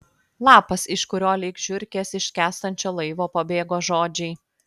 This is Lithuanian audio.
lapas iš kurio lyg žiurkės iš skęstančio laivo pabėgo žodžiai